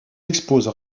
expose